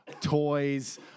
Toys